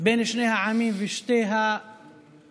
בין שני העמים ושתי המדינות.